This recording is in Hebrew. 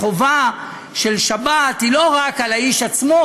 החובה של שבת היא לא רק על האיש עצמו,